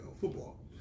football